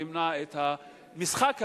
ותמנע את המשחק הזה,